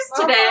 today